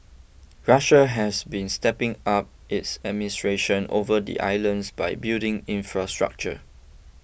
Russia has been stepping up its administration over the islands by building infrastructure